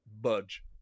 budge